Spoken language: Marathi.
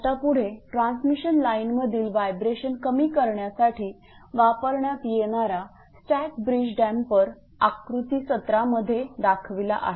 आता पुढे ट्रान्समिशन लाईनमधील व्हायब्रेशन कमी करण्यासाठी वापरण्यात येणारा स्टॅक ब्रिज डॅम्पर आकृती 17 मध्ये दाखविला आहे